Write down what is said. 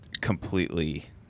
completely